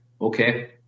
okay